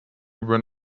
when